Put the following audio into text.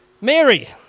Mary